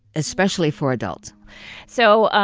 especially for adults so,